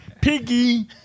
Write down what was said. Piggy